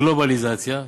גלובליזציה,